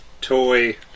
Toy